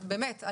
אז באמת,